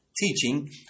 teaching